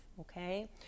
Okay